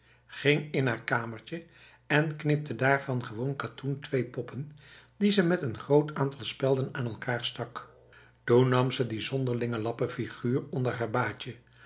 ging in haar kamertje en knipte daar van gewoon katoen twee poppen die ze met een groot aantal spelden aan elkaar stak toen nam ze die zonderlinge lappenfiguur onder haar baadje